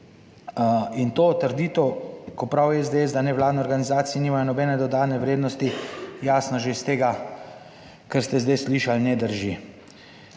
In to trditev, ko pravi SDS, da nevladne organizacije nimajo nobene dodane vrednosti, jasno že iz tega, kar ste zdaj slišali, ne drži.